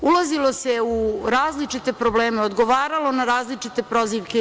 Ulazilo se u različite probleme, odgovaralo na različite prozivke.